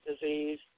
disease